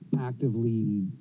actively